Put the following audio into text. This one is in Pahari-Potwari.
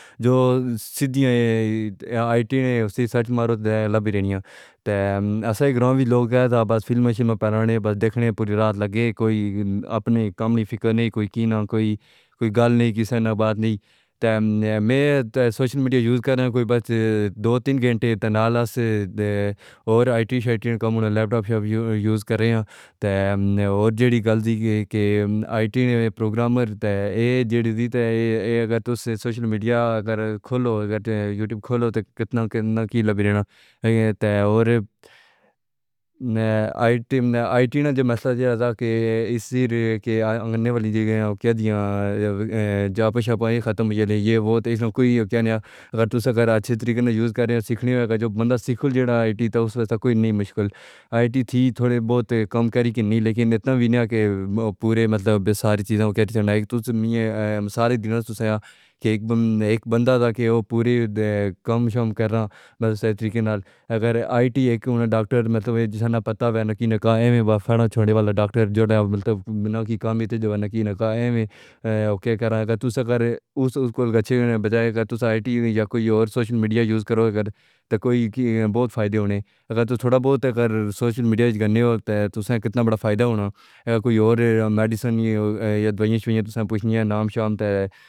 جو صدھیاں اے آی ٹی اُسی سرارچ مرو تے لابرینیا تے اساں گراں وی لوگ بس فلمیں شیلمے پرانڈے بس دیکھنے پوری رات لگے کوئی اپنے کم نے فکر نئی کوئی کی نہ کوئی کوئی گل نئی قسسا نہ بات نئی تے میں تے سوسیال میڈیا یوس کاراں کوئی بس دو تین گھنٹے تے نال اسے اور آی ٹی شائی ٹی کم لپٹوپ یوس یوس کرے آں تے جیڈی گل دی کی کے آی ٹی پروگرمر تے ایے جیڈی دیتا توس سوسیال میڈیا اگر کھولو یوٹیوب کھولو تے کیتنا کیتنا کی لبرینا تے میں آی ٹی میں آی ٹی جے مسئلہ جے اساں کے اسی ریٹ کہ دیا جاپا شاپا یے ختم یے لے یے وہ تے اس طرح کوئی رکھتے نیا اگر توساں اگر اچھے طریقے نال یوس کاریا سی سیکھنےجو بندہ سیکھو جیڈا آی ٹی تو اس دا کوئی نئی مشکل آی ٹی تھوڑے بہت کم کریگی نی لیکن اتنا وی نہی کی پورے مطلب ساری چھیزیں ایک بندہ تھا کہ وہ پورے کم شم کر را بس طریقے نال اگر آی ٹی ہونا مطلب دکٹر ہووے جیسے نہ پتہ ہووے نہ کی نہ کا ایوین وکھاڈا چھوڑے والا دکٹر جو نہ مطلب نہ کی نہ کا ایوین اؤ کے اگر توساں غر اُسا کول چھیڑنے بجائے ائی ٹی یا کوئی اور سوشل میڈیا یوز کرو تو بہت فائدے ہونے ہیں گر تو تھوڑا بہت سوشل میڈیا تے تساں کتنا بڑا فائدہ ہونا یا کوئی اور میڈیسن یار دوائیاں شویا ں تساں پوچھنی ہے نام شام تے۔